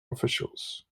officials